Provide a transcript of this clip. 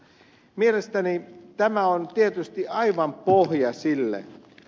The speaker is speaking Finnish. mielestäni tämä on tietysti aivan pohjia sillä